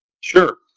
Sure